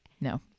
No